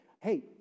Hey